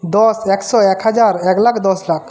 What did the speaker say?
দশ একশো এক হাজার এক লাখ দশ লাখ